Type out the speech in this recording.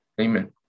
Amen